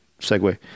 segue